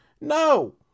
no